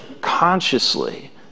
consciously